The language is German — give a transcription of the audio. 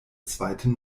zweiten